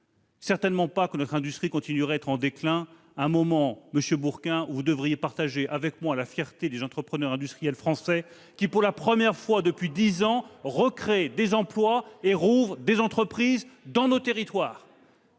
certainement pas que notre industrie continue son déclin, à un moment, monsieur Bourquin, où vous devriez partager avec moi la fierté des entrepreneurs industriels français, qui, pour la première fois depuis dix ans, recréent des emplois et rouvrent des entreprises dans nos territoires.